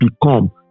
become